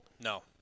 No